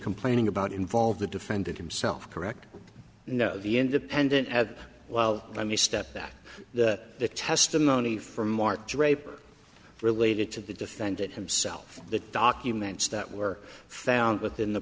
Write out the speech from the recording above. complaining about involve the defendant himself correct know the independent as well let me step that that the testimony from mark draper related to the defendant himself the documents that were found within the